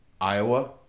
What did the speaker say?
Iowa